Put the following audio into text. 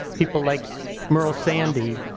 people like merle sandy,